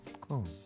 cool